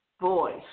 voice